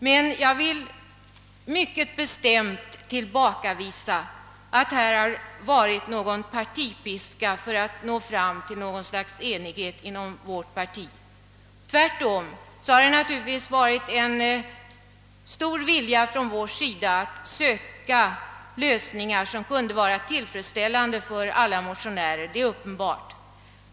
Men jag vill mycket bestämt tillbakavisa påståendet att partipiskan skulle ha använts för att få till stånd enighet inom vårt parti. Tvärtom har vi naturligtvis haft en stor vilja att söka lösningar som kunde vara tillfredsställande för alla motionärer.